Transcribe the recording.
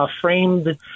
framed